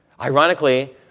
Ironically